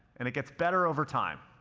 and it gets better over time.